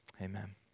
amen